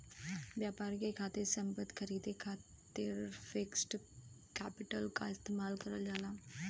व्यापार के खातिर संपत्ति खरीदे खातिर फिक्स्ड कैपिटल क इस्तेमाल करल जाला